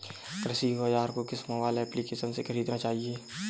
कृषि औज़ार को किस मोबाइल एप्पलीकेशन से ख़रीदना चाहिए?